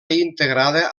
integrada